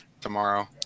tomorrow